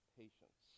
patience